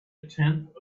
tenth